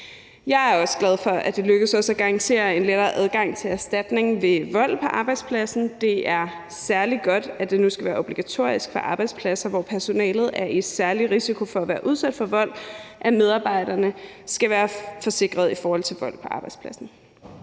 Jeg er også glad for, at det lykkedes os at garantere en lettere adgang til erstatning ved vold på arbejdspladsen. Det er særlig godt, at det nu skal være obligatorisk for arbejdspladser, hvor personalet er i særlig risiko for at blive udsat for vold, at medarbejderne er forsikrede mod vold på arbejdspladsen.